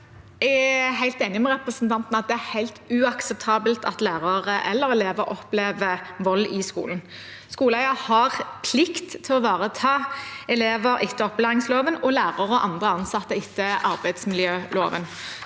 Jeg er helt enig med representanten i at det er helt uakseptabelt at lærere eller elever opplever vold i skolen. Skoleeier har plikt til å ivareta elever etter opplæringsloven og lærere og andre ansatte etter arbeidsmiljøloven.